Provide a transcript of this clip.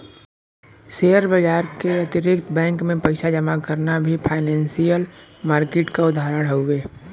share बाजार के अतिरिक्त बैंक में पइसा जमा करना भी फाइनेंसियल मार्किट क उदाहरण हउवे